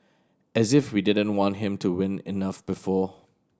as if we didn't want him to win enough before